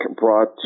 brought